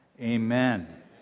Amen